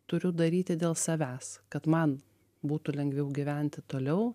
turiu daryti dėl savęs kad man būtų lengviau gyventi toliau